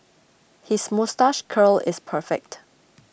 his moustache curl is perfect